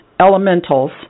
elementals